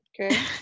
Okay